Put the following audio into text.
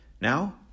Now